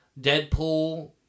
Deadpool